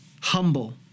humble